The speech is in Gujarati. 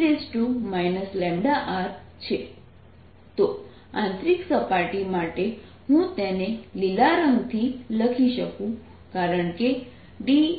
dS4πCe λr તો આંતરિક સપાટી માટે હું તેને લીલા રંગથી લખી શકું કારણ કે dS